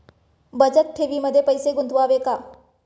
बचत ठेवीमध्ये पैसे गुंतवावे का?